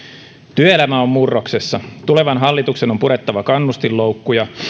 työelämä on murroksessa tulevan hallituksen on purettava kannustinloukkuja